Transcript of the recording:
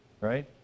right